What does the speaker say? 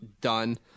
done